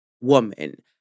woman